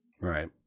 Right